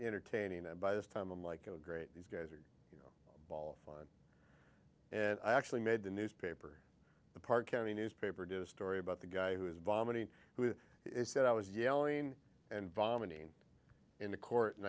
entertaining and by this time i'm like oh great these guys are all fine and i actually made the newspaper the park county newspaper do story about the guy who is vomiting who is that i was yelling and vomiting in the court and